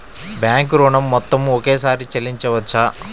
Bank ఋణం మొత్తము ఒకేసారి చెల్లించవచ్చా?